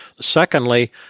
Secondly